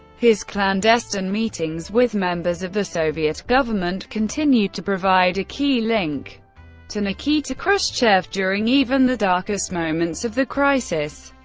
his clandestine meetings with members of the soviet government continued to provide a key link to nikita khrushchev during even the darkest moments of the crisis,